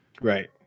Right